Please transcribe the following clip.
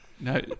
no